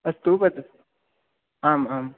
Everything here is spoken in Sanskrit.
अस्तु आम् आम्